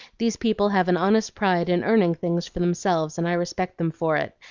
these people have an honest pride in earning things for themselves, and i respect them for it,